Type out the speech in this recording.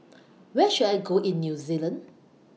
Where should I Go in New Zealand